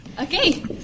Okay